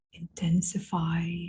Intensify